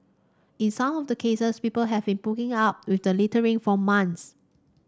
in some of the cases people have been putting up with the littering for months